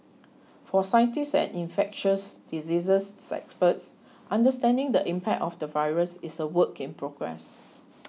for scientists and infectious diseases experts understanding the impact of the virus is a work in progress